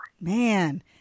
Man